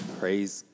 praise